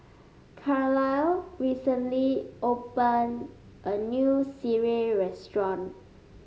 Carlyle recently open a new Sireh restaurant